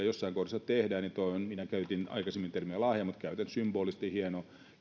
jossain kohdassa tehdään niin tuo on minä käytin aikaisemmin termiä lahja mutta käytän symbolisesti hieno